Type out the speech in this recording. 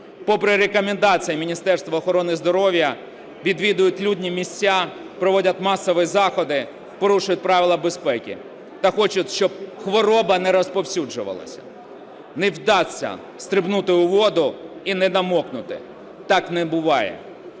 попри рекомендації Міністерство охорони здоров'я відвідують людні місця, проводять масові заходи, порушують правила безпеки та хочуть, щоб хвороба не розповсюджувалась. Не вдасться стрибнути у воді і не намокнути. Так не буває.